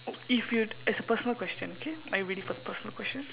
if you it's a personal question okay are you ready for the personal question